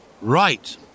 Right